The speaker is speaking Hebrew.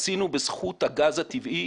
עשינו בזכות הגז הטבעי,